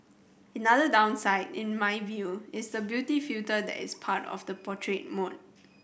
another downside in my view is the beauty filter that is part of the portrait mode